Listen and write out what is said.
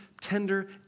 tender